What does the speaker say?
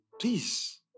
Please